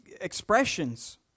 expressions